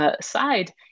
Side